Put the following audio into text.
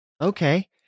Okay